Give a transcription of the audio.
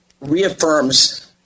reaffirms